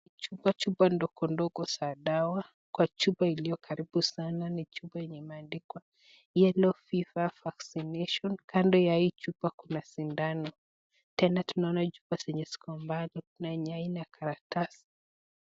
Chupa ndogo ndogo za dawa, kwa chupa iliyo karibu sana ni chupa yenye imeandikwa yellow fever vaccination ,kando ya hii chupa kuna sindano, tena tunaona hii chupa zneye ziko mbali, kuna yenye haina karatasi.